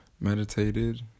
meditated